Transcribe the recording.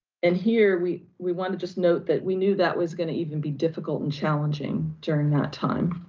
and here, we, we wanna just note that we knew that was gonna even be difficult and challenging during that time.